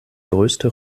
größte